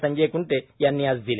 संजय कुटे यांनी आज दिले